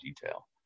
detail